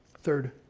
Third